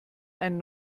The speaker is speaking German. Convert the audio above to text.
einen